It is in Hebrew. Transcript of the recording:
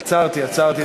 עצרתי, עצרתי.